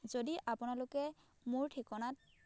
যদি আপোনালোকে মোৰ ঠিকনাত